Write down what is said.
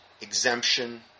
exemption